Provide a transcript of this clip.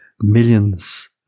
millions